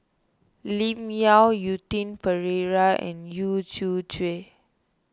Lim Yau Quentin Pereira and Yu